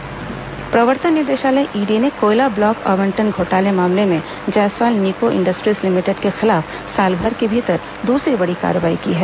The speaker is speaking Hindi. ईडी कार्रवाई प्रवर्तन निदेशालय ईडी ने कोयला ब्लॉक आवंटन घोटाला मामले में जायसवाल निको इंडस्ट्रीज लिमिटेड के खिलाफ सालभर के भीतर दूसरी बड़ी कार्रवाई की है